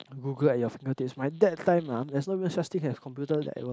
Google at your finger tips my dad time ah there's not even such thing as computer that was